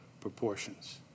proportions